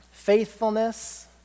Faithfulness